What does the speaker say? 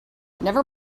never